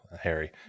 Harry